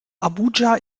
abuja